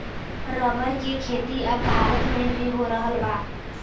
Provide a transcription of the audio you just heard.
rubber के खेती अब भारत में भी हो रहल हउवे